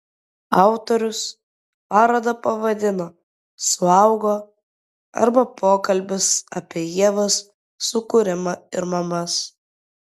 autorius parodą pavadino suaugo arba pokalbis apie ievos sukūrimą ir mamas